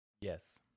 Yes